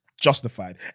justified